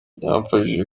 byamfashije